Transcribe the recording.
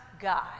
God